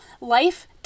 Life